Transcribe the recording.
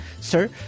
sir